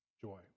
joy